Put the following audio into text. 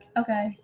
Okay